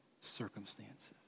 circumstances